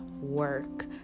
work